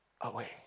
away